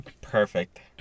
Perfect